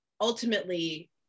ultimately